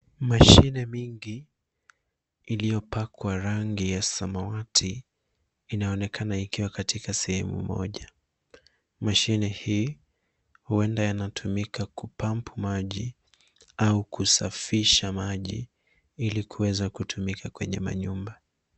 Mashine mingi iliyopakwa rangi ya samawati inaonekana ikiwa katika sehemu moja. Mashine hii huenda yanatumika kupump maji au kusafisha maji ili kuweza kutumika kwenye nyumba.